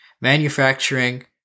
Manufacturing